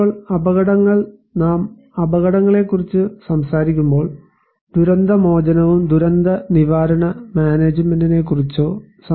ഇപ്പോൾ അപകടങ്ങൾ നാം അപകടങ്ങളെക്കുറിച്ച് സംസാരിക്കുമ്പോൾ ദുരന്ത മോചനവും ദുരന്ത നിവാരണ മാനേജ്മെന്റിനെക്കുറിച്ചോ disaster risk management